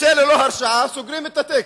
יוצא ללא הרשעה, סוגרים את התיק.